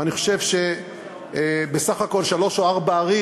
ואני חושב שבסך הכול שלוש או ארבע ערים